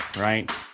right